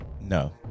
No